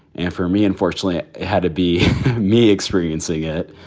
and for me, unfortunately it had to be me experiencing it.